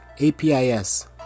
APIS